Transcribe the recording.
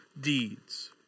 deeds